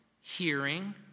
hearing